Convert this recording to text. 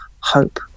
hope